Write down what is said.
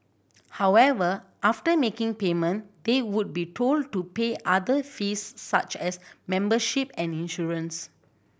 however after making payment they would be told to pay other fees such as membership and insurance